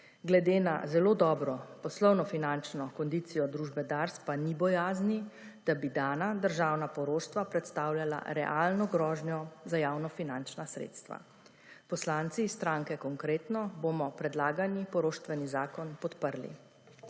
Glede na zelo dobro poslovno-finančno kondicijo družbe DARS pa ni bojazni, da bi dana državna poroštva predstavljala realno grožnjo za javnofinančna sredstva. Poslanci stranke Konkretno bomo predlagani poroštveni zakon podprli.